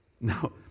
No